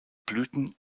blüten